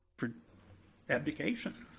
for advocation,